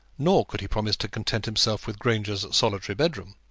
nor could he promise to content himself with granger's solitary bedroom.